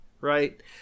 right